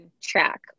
track